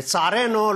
לצערנו,